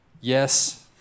yes